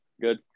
good